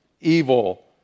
evil